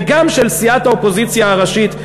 וגם של סיעת האופוזיציה הראשית,